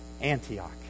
Antioch